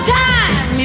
time